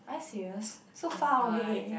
are you serious so far away